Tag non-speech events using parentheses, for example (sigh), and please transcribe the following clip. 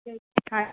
(unintelligible)